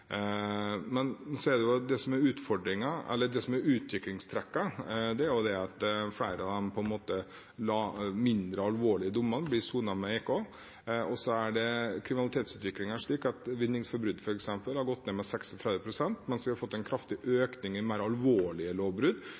Men det som er utviklingstrekkene, er at flere av de mindre alvorlige dommene blir sonet med EK. Kriminalitetsutviklingen er slik at f.eks. vinningsforbrytelser har gått ned med 36 pst., mens vi har fått en kraftig økning i mer alvorlige lovbrudd,